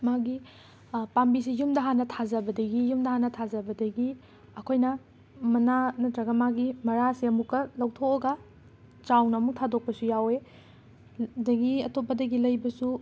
ꯃꯥꯒꯤ ꯄꯥꯝꯕꯤꯁꯤ ꯌꯨꯝꯗ ꯍꯥꯟꯅ ꯊꯥꯖꯕꯗꯒꯤ ꯌꯨꯝꯗ ꯍꯥꯟꯅ ꯊꯥꯖꯕꯗꯒꯤ ꯑꯈꯣꯏꯅ ꯃꯅꯥ ꯅꯠꯇ꯭ꯔꯒ ꯃꯥꯒꯤ ꯃꯔꯥꯁꯦ ꯑꯃꯨꯛꯀ ꯂꯧꯊꯣꯛꯑꯒ ꯆꯥꯎꯅ ꯑꯃꯨꯛ ꯊꯥꯗꯣꯛꯄꯁꯨ ꯌꯥꯎꯋꯦ ꯑꯗꯒꯤ ꯑꯇꯣꯞꯄꯗꯒꯤ ꯂꯩꯕꯁꯨ